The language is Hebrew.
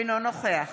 אינו נוכח